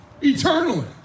eternally